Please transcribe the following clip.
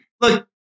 Look